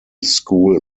school